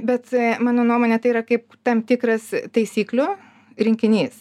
bet mano nuomone tai yra kaip tam tikras taisyklių rinkinys